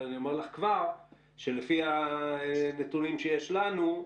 אני אומר לך כבר שלפי הנתונים שיש לנו,